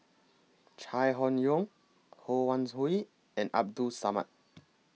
Chai Hon Yoong Ho Wan Hui and Abdul Samad